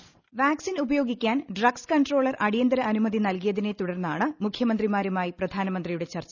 voice vaccine ഉപയോഗിക്കാൻ drugs controller അടിയന്തര അനുമതി നൽകിയതിനെ തുടർന്നാണ് മുഖൃമന്ത്രിമാരുമായി പ്രധാനമന്ത്രിയുടെ ചർച്ച